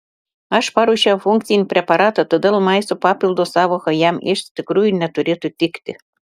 aš paruošiau funkcinį preparatą todėl maisto papildo sąvoka jam iš tikrųjų neturėtų tikti